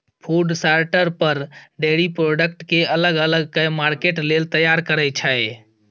food shelter fur, dairy product केँ अलग अलग कए मार्केट लेल तैयार करय छै